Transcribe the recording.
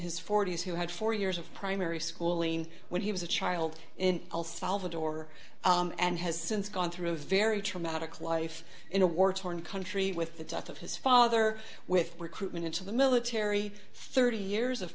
his forty's who had four years of primary school in when he was a child in el salvador and has since gone through a very traumatic life in a war torn country with the death of his father with recruitment into the military thirty years of